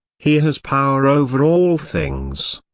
he has power over all things.